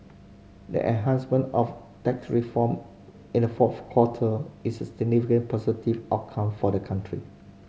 the enactment of tax reform in the fourth quarter is a significant positive outcome for the country